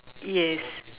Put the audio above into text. yes